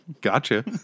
Gotcha